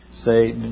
Say